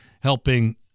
helping